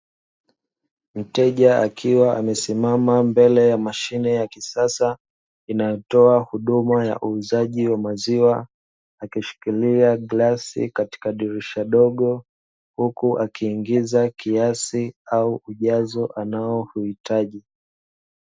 Mteja akiwa amesimama mbele ya mashine ya kisasa, inayotoa huduma ya uuzaji wa maziwa, akishikilia glasi katika dirisha dogo, huku akiingiza kiasi au ujazo anaouhitaji.